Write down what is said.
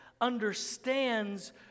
understands